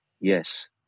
yes